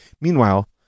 Meanwhile